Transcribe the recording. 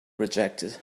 rejected